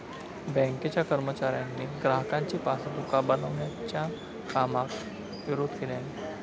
बँकेच्या कर्मचाऱ्यांनी ग्राहकांची पासबुका बनवच्या कामाक विरोध केल्यानी